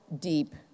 deep